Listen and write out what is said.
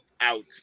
out